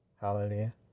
Hallelujah